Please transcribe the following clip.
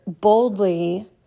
boldly